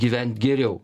gyvent geriau